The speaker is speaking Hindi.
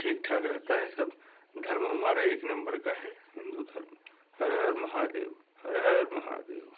ठीक ठाक रहता है सब धर्म हमारा एक नंबर का है हिन्दू धर्म हर हर महादेव हर हर महादेव